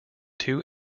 two